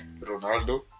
Ronaldo